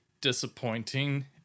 disappointing